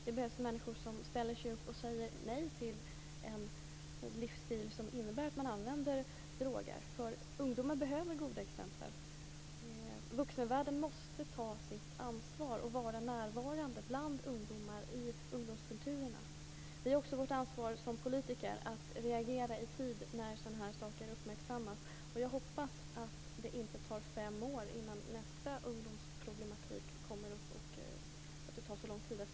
Det behövs människor som ställer sig upp och säger nej till en livsstil som innebär att man använder droger. Ungdomar behöver goda exempel. Vuxenvärlden måste ta sitt ansvar och vara närvarande bland ungdomarna i ungdomskulturerna. Vi har också vårt ansvar som politiker att reagera i tid när sådana saker uppmärksammas. Jag hoppas att det inte tar fem år innan nästa ungdomsproblem behandlas.